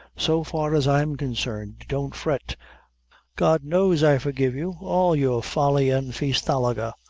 so far as i am concerned, don't fret grod knows i forgive you all your folly and feasthalaga,